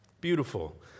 Beautiful